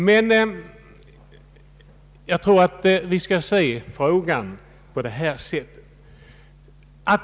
Men jag tror att vi skall se frågan på följande sätt.